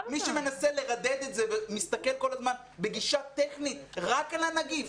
מי שמנסה לרדד את זה ומסתכל כל הזמן בגישה טכנית רק על הנגיף,